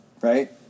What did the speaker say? right